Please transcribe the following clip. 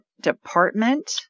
department